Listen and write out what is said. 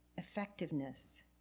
effectiveness